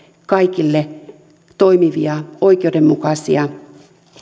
kaikille toimivia oikeudenmukaisia